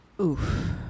Oof